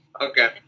okay